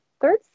third